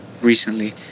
recently